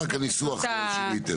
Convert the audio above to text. רק את הניסוח שיניתם.